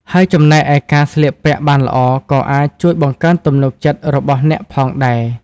ហើយចំណែកឯការស្លៀកពាក់បានល្អក៏អាចជួយបង្កើនទំនុកចិត្តរបស់អ្នកផងដែរ។